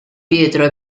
pietro